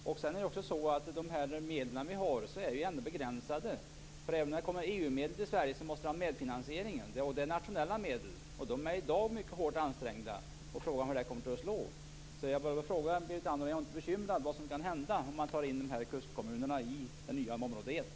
Dessutom är de medel vi har begränsade. Även om det kommer EU-medel till Sverige måste vi ha medfinansiering, och då är de nationella medel. Dessa är i dag mycket hårt ansträngda, och frågan är hur det här kommer att slå. Jag vill alltså fråga Berit Andnor: Är hon inte bekymrad över vad som kan hända om man tar in kustkommunerna i det nya målområde 1?